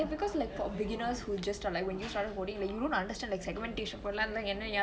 ya because like for beginners who just are like when you first started coding you won't understand segmentation